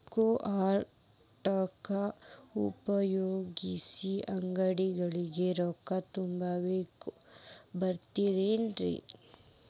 QR code ಉಪಯೋಗಿಸಿ, ಅಂಗಡಿಗೆ ರೊಕ್ಕಾ ತುಂಬಾಕ್ ಬರತೈತೇನ್ರೇ?